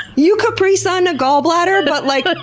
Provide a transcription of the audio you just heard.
you capri sun a gallbladder, but, like,